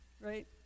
Right